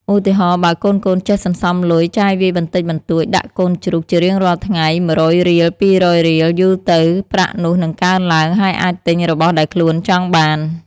ឧទាហរណ៍ បើកូនៗចេះសន្សំលុយចាយវាយបន្តិចបន្តួចដាក់កូនជ្រូកជារៀងរាល់ថ្ងៃ ១០០រៀល ២០០រៀល យូរទៅប្រាក់នោះនឹងកើនឡើង ហើយអាចទិញរបស់ដែលខ្លួនចង់បាន។